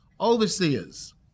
overseers